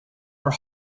are